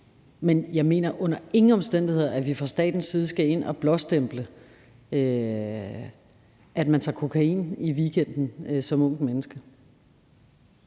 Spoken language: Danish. Men jeg mener under ingen omstændigheder, at vi fra statens side skal ind og blåstemple, at man tager kokain i weekenden som ungt menneske.